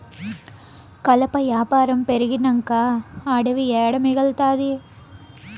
కలప యాపారం పెరిగినంక అడివి ఏడ మిగల్తాది